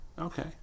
Okay